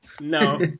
no